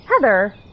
heather